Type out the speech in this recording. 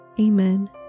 Amen